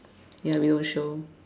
ya we won't show